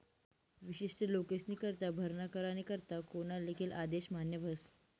विशिष्ट लोकेस्नीकरता भरणा करानी करता कोना लिखेल आदेश मान्य व्हस